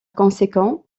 conséquent